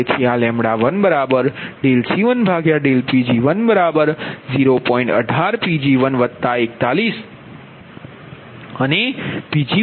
તેથી આ 1C1Pg10